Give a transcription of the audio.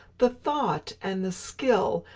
the thought and the skill,